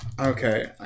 Okay